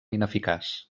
ineficaç